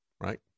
right